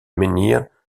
menhir